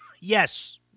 yes